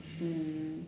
mm